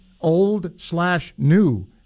old-slash-new